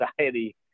society